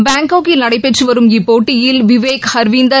பாங்காக்கில் நடைபெற்றுவரும் இப்போட்டியில் விவேக் ஹர்வீந்தர்